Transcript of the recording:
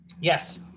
Yes